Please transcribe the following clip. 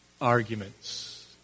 arguments